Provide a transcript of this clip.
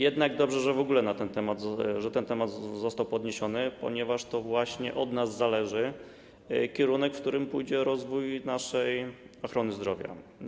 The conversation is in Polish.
Jednak dobrze, że ten temat w ogóle został podniesiony, ponieważ to właśnie od nas zależy kierunek, w którym pójdzie rozwój naszej ochrony zdrowia.